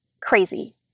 crazy